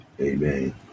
Amen